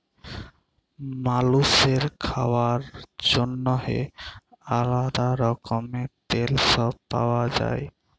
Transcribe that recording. মালুসের খাওয়ার জন্যেহে আলাদা রকমের তেল সব পাওয়া যায়